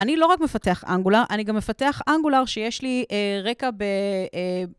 אני לא רק מפתח אנגולר, אני גם מפתח אנגולר שיש לי רקע ב...